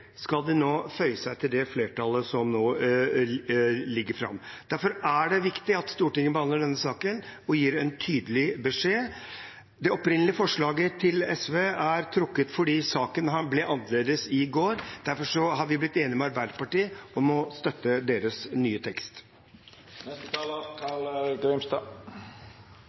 skal de nå føye seg etter det som flertallet nå legger fram? Derfor er det viktig at Stortinget behandler denne saken og gir en tydelig beskjed. Det opprinnelige forslaget til SV er trukket fordi saken ble annerledes i går. Derfor har vi blitt enige med Arbeiderpartiet om å støtte deres nye